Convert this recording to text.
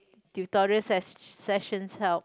tutorial ses~ sessions help